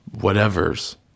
whatever's